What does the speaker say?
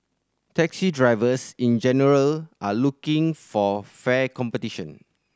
taxi drivers in general are looking for fair competition